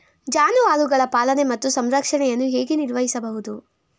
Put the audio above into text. ಜಾನುವಾರುಗಳ ಪಾಲನೆ ಮತ್ತು ಸಂರಕ್ಷಣೆಯನ್ನು ಹೇಗೆ ನಿರ್ವಹಿಸಬಹುದು?